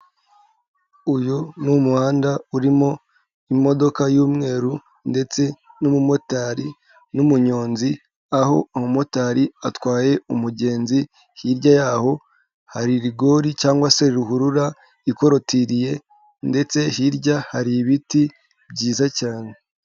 Uyu ni umuhanda urimo imodoka y'umweru ndetse n'umumotari n'umunyonzi, aho umumotari atwaye umugenzi, hirya y'aho hari rigori cyangwa se ruhurura ikolotiriye ndetse hirya hari ibiti byiza cyane.